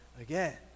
again